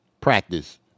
practice